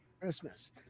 Christmas